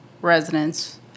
Residents